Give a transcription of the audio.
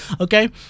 okay